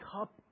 cup